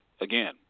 again